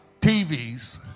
TVs